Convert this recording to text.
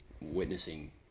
witnessing